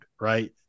right